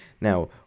Now